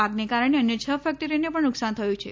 આગને કારણે અન્ય છ ફેક્ટરીઓને પણ નુકસાન થયું છે